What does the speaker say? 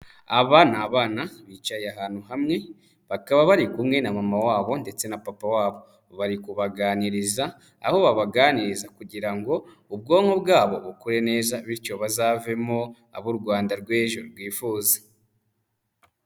Aba ni abana bicaye ahantu hamwe, bakaba bari kumwe na mama wabo ndetse na papa wabo, bari kubaganiriza, aho babaganiriza kugira ngo ubwonko bwabo bukore neza bityo bazavemo abo u Rwanda rw'ejo rwifuza.